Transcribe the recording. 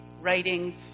writing